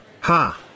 ha